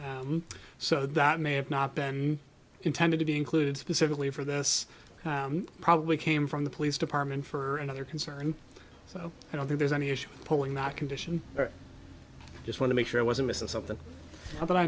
issue so that may have not been intended to be included specifically for this probably came from the police department for another concern so i don't think there's any issue pulling not condition i just want to make sure i wasn't missing something